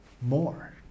more